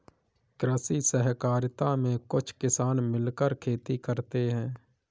कृषि सहकारिता में कुछ किसान मिलकर खेती करते हैं